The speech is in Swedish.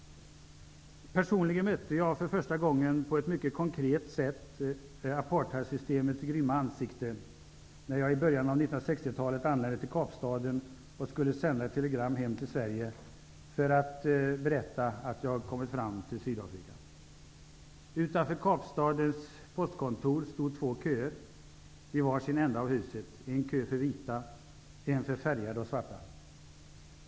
Personligen mötte jag för första gången på ett mycket konkret sätt apartheidsystemets grymma ansikte när jag i början av 1960-talet anlände till Kapstaden och skulle sända ett telegram hem till Sverige för att berätta att jag kommit fram till Utanför Kapstadens postkontor stod två köer vid varsin ände av huset -- en kö för vita och en kö för färgade och svarta.